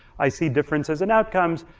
i see differences in outcomes,